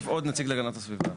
להוסיף עוד נציג להגנת הסביבה.